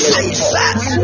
Jesus